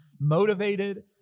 motivated